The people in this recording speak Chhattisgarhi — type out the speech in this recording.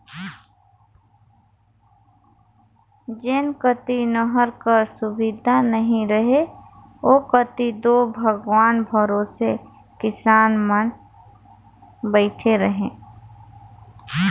जेन कती नहर कर सुबिधा नी रहें ओ कती दो भगवान भरोसे किसान मन बइठे रहे